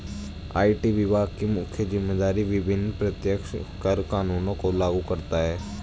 IT विभाग की मुख्य जिम्मेदारी विभिन्न प्रत्यक्ष कर कानूनों को लागू करता है